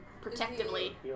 protectively